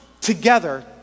together